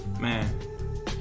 Man